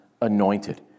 anointed